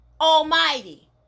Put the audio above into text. almighty